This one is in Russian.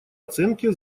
оценке